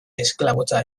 esklabotza